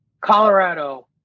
Colorado